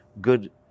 good